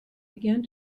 began